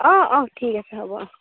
অঁ অঁ ঠিক আছে হ'ব অঁ